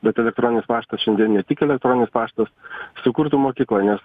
bet elektroninis paštas šiandien ne tik elektroninis paštas sukurtų mokykla nes